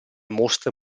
mostra